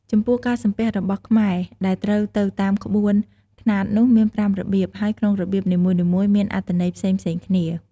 ចំពោះការសំពះរបស់ខ្មែរដែលត្រូវទៅតាមក្បូនខ្នាតនោះមានប្រាំរបៀប ហើយក្នុងរបៀបនីមួយៗមានអត្ថន័យផ្សេងៗគ្នា។